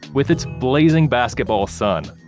with its blazing basketball sun,